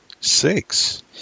Six